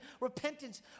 repentance